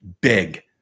big